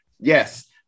yes